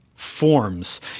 Forms